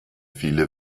viele